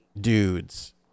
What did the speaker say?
dudes